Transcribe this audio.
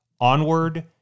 Onward